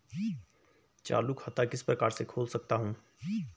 चालू खाता किस प्रकार से खोल सकता हूँ?